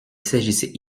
s’agissait